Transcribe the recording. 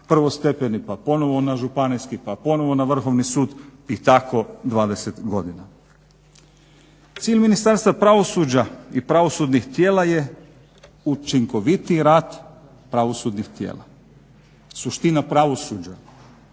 prvostepeni, pa ponovo na Županijski, pa ponovo na Vrhovni sud i tako 20 godina. Cilj Ministarstva pravosuđa i pravosudnih tijela je učinkovitiji rad pravosudnih tijela. Suština pravosuđa,